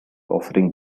offering